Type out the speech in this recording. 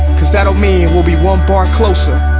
because that'll mean it will be one bar closer